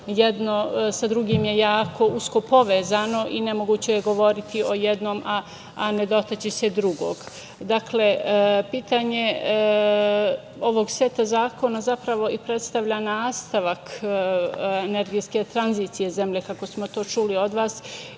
jedno sa drugim je jako usko povezano i nemoguće je govoriti o jednom a ne dotaći se drugog. Pitanje ovog seta zakona zapravo predstavlja nastavak energetske tranzicije zemlje kako smo to čuli od vas